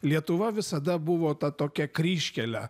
lietuva visada buvo ta tokia kryžkelė